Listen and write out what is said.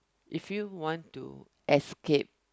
if you want to escape